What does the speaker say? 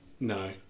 No